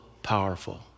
powerful